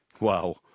Wow